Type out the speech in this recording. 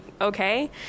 okay